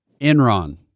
Enron